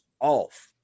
off